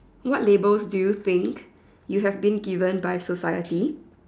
what labels do you think you have been given by society